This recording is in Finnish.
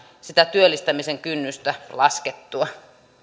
sitä työllistämisen kynnystä laskettua